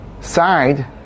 side